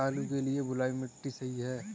क्या आलू के लिए बलुई मिट्टी सही है?